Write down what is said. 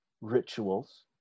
rituals